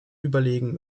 überlegen